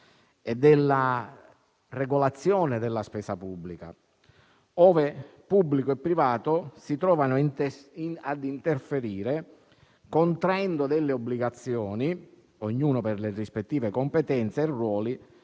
e della regolazione della spesa pubblica, ove pubblico e privato si trovano ad interferire contraendo delle obbligazioni, ognuno per le rispettive competenze e ruoli,